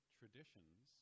traditions